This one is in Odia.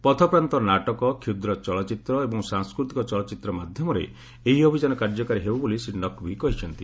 ପଥପ୍ରାନ୍ତ ନାଟକ କ୍ଷୁଦ୍ର ଚଳଚ୍ଚିତ୍ର ଏବଂ ସାଂସ୍କତିକ କାର୍ଯ୍ୟକ୍ରମରେ ମାଧ୍ୟମରେ ଏହି ଅଭିଯାନ କାର୍ଯ୍ୟକାରୀ ହେବ ବୋଲି ଶ୍ରୀ ନକ୍ଭି କହିଛନ୍ତି